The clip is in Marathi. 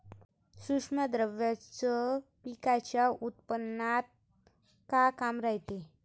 सूक्ष्म द्रव्याचं पिकाच्या उत्पन्नात का काम रायते?